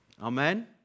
Amen